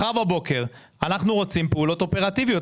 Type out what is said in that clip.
מחר בבוקר אנחנו רוצים פעולות אופרטיביות.